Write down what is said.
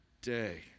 day